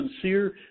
sincere